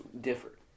differ